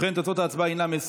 3), התשפ"א 2020,